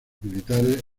militares